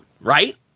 right